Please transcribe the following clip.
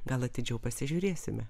gal atidžiau pasižiūrėsime